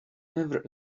never